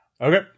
Okay